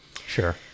Sure